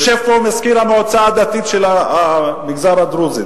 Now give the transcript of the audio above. יושב פה מזכיר המועצה הדתית של המגזר הדרוזי,